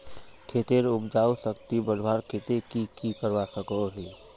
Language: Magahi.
खेतेर उपजाऊ शक्ति बढ़वार केते की की करवा सकोहो ही?